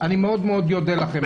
אני מאוד אודה לכם.